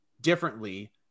differently